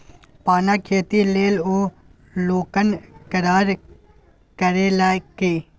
पानक खेती लेल ओ लोनक करार करेलकै